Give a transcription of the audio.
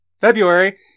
February